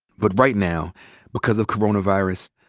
but right now because of coronavirus,